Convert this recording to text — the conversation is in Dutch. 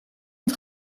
het